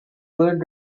pueden